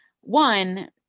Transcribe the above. one